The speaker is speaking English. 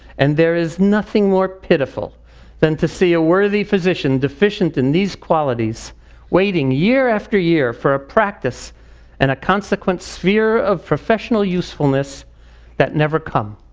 and there is nothing more pitiful than to see a worthy physician deficient in these qualities waiting year after year for a practice and a consequent sphere of professional usefulness that never come.